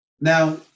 Now